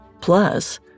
Plus